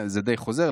זה די חוזר,